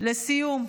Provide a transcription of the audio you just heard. לסיום,